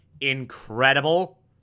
Incredible